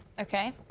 Okay